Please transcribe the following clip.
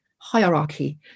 hierarchy